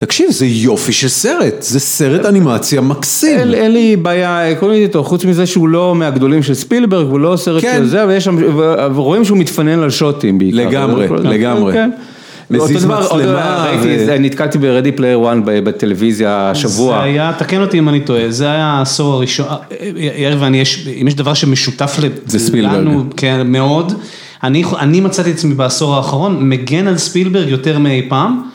תקשיב, זה יופי של סרט, זה סרט אנימציה מקסים. אין לי בעיה, חוץ מזה שהוא לא מהגדולים של ספילברג, הוא לא סרט של זה, ורואים שהוא מתפנן על שוטים בעיקר. לגמרי, לגמרי. נתקלתי ב-Ready Player One בטלוויזיה השבוע. זה היה, תקן אותי אם אני טועה, זה היה הסור הראשון, ירי ואני, אם יש דבר שמשותף לנו, מאוד, אני מצאתי את עצמי בעשור האחרון, מגן על ספילברג יותר מאי פעם.